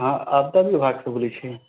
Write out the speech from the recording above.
अहाँ आपदा विभाग सऽ बोलै छी